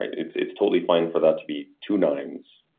it's it's totally fine for that to be two nines.